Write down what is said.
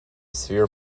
sphere